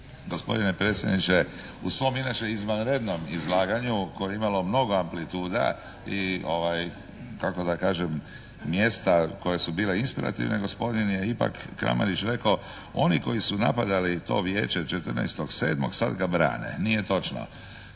Gospodine predsjedniče u svom inače izvanrednom izlaganju koje je imalo mnogo amplituda i kako da kažem mjesta koja su bila inspirativne, gospodin je ipak Kramarić rekao: Oni koji su napadali to vijeće 14.7. sad ga brane. Nije točno.